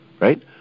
right